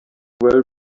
well